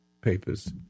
papers